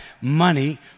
money